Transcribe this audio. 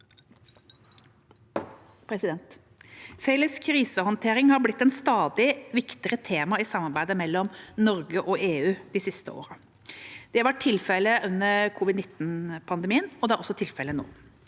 Felles krisehåndtering har blitt et stadig viktigere tema i samarbeidet mellom Norge og EU de siste årene. Det var tilfellet under covid-19-pandemien, og det er også tilfellet nå.